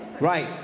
Right